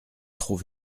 trop